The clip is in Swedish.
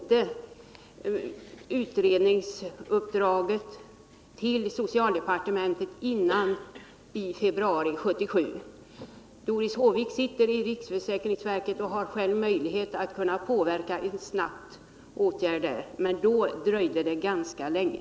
Men utredningsresultatet kom inte till socialdepartementet förrän i februari 1977. Doris Håvik sitter i riksförsäkringsverket och har själv möjlighet att påverka behandlingen där så att den går snabbt, men då dröjde det ganska länge.